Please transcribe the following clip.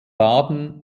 baden